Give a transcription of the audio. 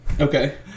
Okay